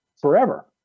forever